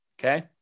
Okay